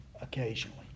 occasionally